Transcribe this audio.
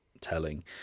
telling